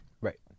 right